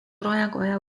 raekoja